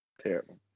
Terrible